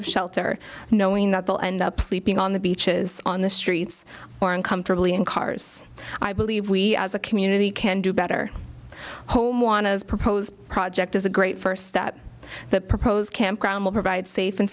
of shelter knowing that they'll end up sleeping on the beaches on the streets or in comfortably in cars i believe we as a community can do better home want to propose project is a great first step that proposed campground will provide safe and